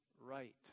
right